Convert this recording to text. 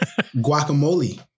Guacamole